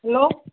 hello